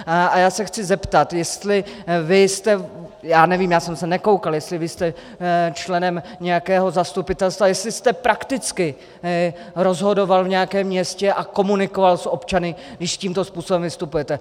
A já se chci zeptat, jestli vy jste já nevím, já jsem se nekoukal jestli vy jste členem nějakého zastupitelstva, jestli jste prakticky rozhodoval v nějakém městě a komunikoval s občany, když tímto způsobem vystupujete.